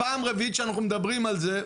פעם רביעית שאנחנו מדברים על זה,